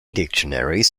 dictionaries